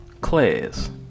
class